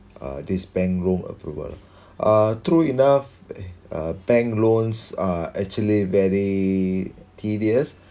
uh these bank loan approval uh true enough uh bank loans are actually very tedious